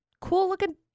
cool-looking